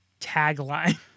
tagline